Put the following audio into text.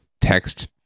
text